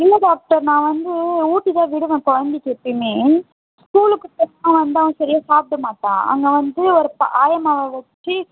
இல்லை டாக்டர் நான் வந்து ஊட்டித்தான் விடுவேன் குழந்தைக்கு எப்பவுமே ஸ்கூலுக்கு போய்விட்டு வந்தால் அவன் சரியா சாப்பிடமாட்டான் அங்கே வந்து ஒரு ஆயம்மாவை வச்சு